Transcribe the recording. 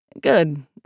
Good